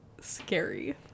scary